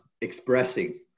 expressing